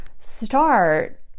start